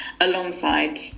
alongside